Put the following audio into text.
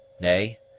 Nay